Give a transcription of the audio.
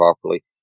properly